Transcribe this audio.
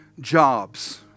jobs